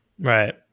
Right